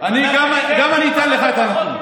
אני אתן לך גם את הנתון.